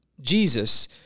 Jesus